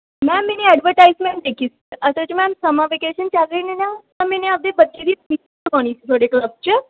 ma'am ਮੈਂਨੇ advertisement ਦੇਖੀ ਸੀ ਅਸਲ 'ਚ ਮੈਮ ਸਮਰ ਵਿਕੇਸ਼ਨ ਚੱਲ ਰਹੇ ਨੇ ਨਾ ਤਾਂ ਮੈਂਨੇ ਆਪਦੇ ਬੱਚੇ ਦੀ ਐਡਮੀਸ਼ਨ ਕਰਵਾਉਣੀ ਸੀ ਤੁਹਾਡੇ ਕਲੱਬ 'ਚ